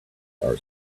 are